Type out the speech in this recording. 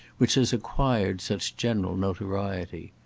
which has acquired such general notoriety.